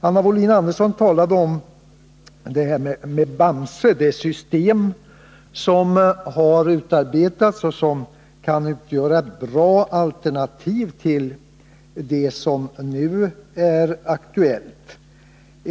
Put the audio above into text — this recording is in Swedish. Anna Wohlin-Andersson talade om BAMSE, det system som har utarbetats och som kan utgöra ett bättre alternativ till det som nu är aktuellt.